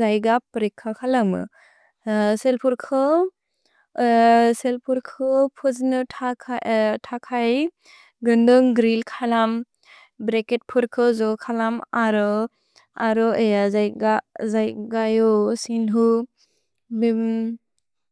ज्इगप् प्रेक् खलम्। सेल्प्र्क् फज्नुतक्इ गुन्दुन्ग् द्रिल् खलम्। भे ब्रेकेत् प्र्क् ज् खलम् अर्। अर् अ ज्इग् सिन्ह् ब्म्।